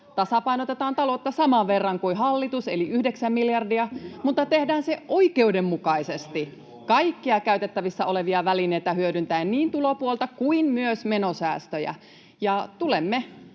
tasapainotetaan taloutta saman verran kuin hallitus eli yhdeksän miljardia, mutta tehdään se oikeudenmukaisesti [Ben Zyskowicz: Ihanko totta?] kaikkia käytettävissä olevia välineitä hyödyntäen, niin tulopuolta kuin myös menosäästöjä. Tulemme